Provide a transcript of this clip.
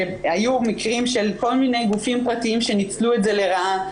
שהיו מקרים של כל מיני גופים פרטיים שניצלו את זה לרעה,